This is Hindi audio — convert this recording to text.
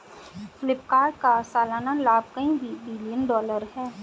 फ्लिपकार्ट का सालाना लाभ कई बिलियन डॉलर है